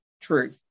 true